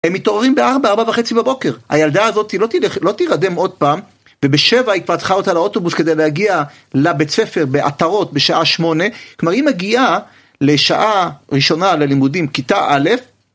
הם מתעוררים בארבע, ארבע וחצי בבוקר, הילדה הזאתי לא תלך- לא תירדם עוד פעם, ובשבע היא כבר צריכה לעלות לאוטובוס כדי להגיע לבית ספר בעטרות בשעה שמונה, כלומר היא מגיעה לשעה ראשונה ללימודים, כיתה א',